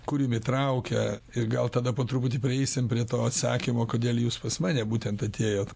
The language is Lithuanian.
kur jum įtraukia ir gal tada po truputį prieisim prie to atsakymo kodėl jūs pas mane būtent atėjot